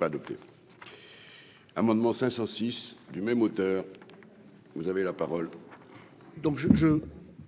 pas adopté l'amendement 506 du même auteur, vous avez la parole. Donc je je